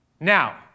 Now